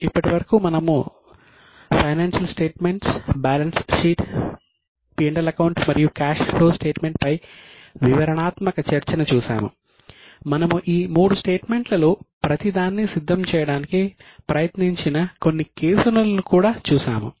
ఇప్పటివరకు మనము ఫైనాన్షియల్ స్టేట్మెంట్స్లో ప్రతిదాన్ని సిద్ధం చేయడానికి ప్రయత్నించిన కొన్ని కేసులను కూడా చూసాము